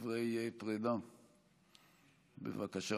דברי פרידה, בבקשה.